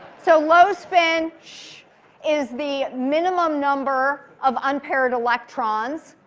so low spin shh is the minimum number of unpaired electrons.